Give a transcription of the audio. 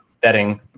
betting